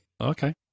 Okay